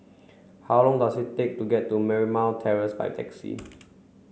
how long does it take to get to Marymount Terrace by taxi